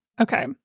Okay